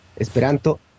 Esperanto